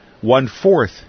one-fourth